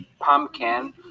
pumpkin